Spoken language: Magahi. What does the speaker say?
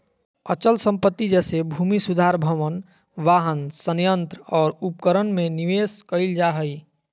अचल संपत्ति जैसे भूमि सुधार भवन, वाहन, संयंत्र और उपकरण में निवेश कइल जा हइ